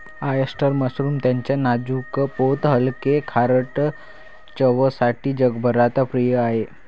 oyster mushroom त्याच्या नाजूक पोत हलके, खारट चवसाठी जगभरात प्रिय आहे